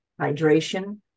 hydration